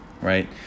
right